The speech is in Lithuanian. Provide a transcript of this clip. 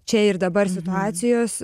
čia ir dabar situacijos